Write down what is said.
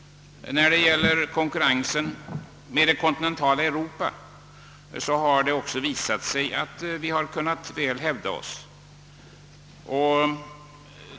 När det gäller konkurrensen med det kontinentala Europa har vi sålunda väl kunnat hävda oss.